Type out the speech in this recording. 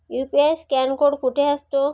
UPI scan code कुठे असतो?